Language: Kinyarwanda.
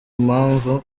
mpamvu